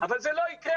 אבל זה לא יקרה.